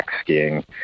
skiing